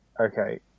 Okay